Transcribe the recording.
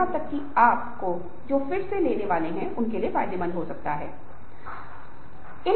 यदि आप बुढ़ापे में मानसिक कार्य करते हैं तो मस्तिष्क केंद्र लगातार सक्रिय रहेगा